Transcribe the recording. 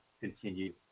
continue